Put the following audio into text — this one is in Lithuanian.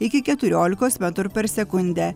iki keturiolikos metrų per sekundę